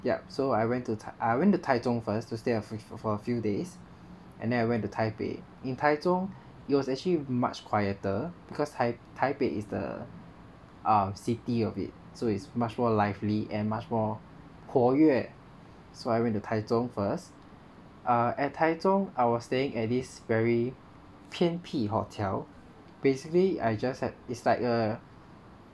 yup so I went to I went to taichung first to stay a for a few days and then I went to taipei in taichung it was actually much quieter because tai ~ taipei is the a city of it so it's much more lively and much more 活跃 so I went to taichung first err and taichung I was staying at this very 偏僻 hotel basically I just as is like a